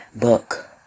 book